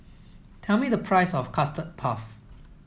tell me the price of custard puff